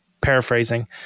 paraphrasing